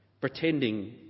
pretending